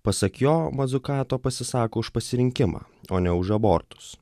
pasak jo mazukato pasisako už pasirinkimą o ne už abortus